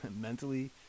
mentally